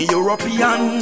European